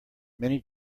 many